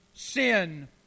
sin